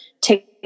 take